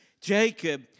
Jacob